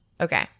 Okay